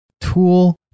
tool